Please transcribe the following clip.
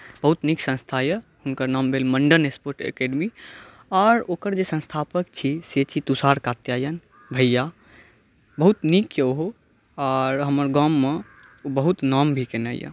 बहुत नीक संस्था यए हुनकर नाम भेल मण्डन स्पोर्ट एकेडमी आओर ओकर जे संस्थापक छी से छी तुषार कात्यायन भैया बहुत नीक यए ओहो आर हमर गाममे बहुत नाम भी कयने यए